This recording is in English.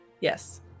yes